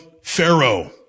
Pharaoh